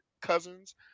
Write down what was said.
cousins